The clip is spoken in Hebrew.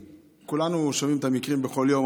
כולנו שומעים את המקרים בכל יום,